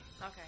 Okay